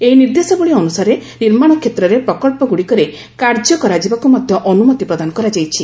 ଏହି ନିର୍ଦ୍ଦେଶାବଳୀ ଅନୁସାରେ ନିର୍ମାଣ କ୍ଷେତ୍ରର ପ୍ରକଳ୍ପଗୁଡ଼ିକରେ କାର୍ଯ୍ୟକରାଯିବାକୁ ମଧ୍ୟ ଅନୁମତି ପ୍ରଦାନ କରାଯାଇଛି